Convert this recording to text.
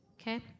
Okay